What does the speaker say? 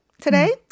today